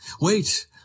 wait